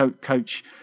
coach